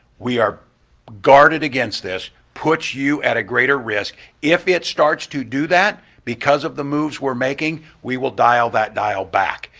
we are guarded against this, puts you at a greater risk if it starts to do that because of the moves we're making, we will dial that dial back.